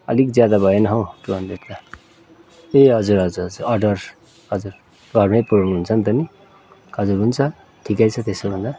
अलिक ज्यादा भएन हो टु हन्ड्रेड त ए हजुर हजुर हजुर अर्डर हजुर घरमै पुऱ्याउनु हुन्छ त नि हजुर हुन्छ ठिकै छ त्यसोभन्दा